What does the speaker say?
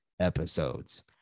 episodes